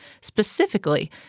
specifically